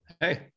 hey